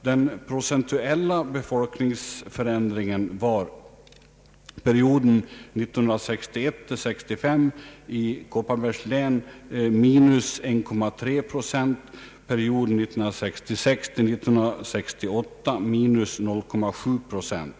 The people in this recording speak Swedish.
Den procentuella befolkningsförändringen var under perioden 1961—1965 i Kopparbergs län minus 1,3 procent och för perioden 1966—1968 minus 0,7 procent.